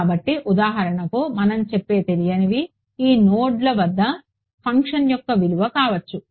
కాబట్టి ఉదాహరణకు మనం చెప్పే తెలియనివి ఈ నోడ్ల వద్ద ఫంక్షన్ యొక్క విలువ కావచ్చు